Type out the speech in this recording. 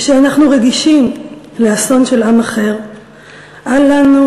כשאנחנו רגישים לאסון של עם אחר אל לנו